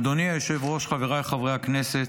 אדוני היושב-ראש, חבריי חברי הכנסת,